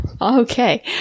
Okay